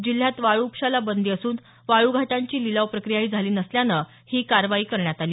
जिल्ह्यात वाळू उपशाला बंदी असून वाळू घाटांची लिलाव प्रक्रियाही झाली नसल्यानं ही कारवाई करण्यात आली